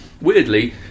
Weirdly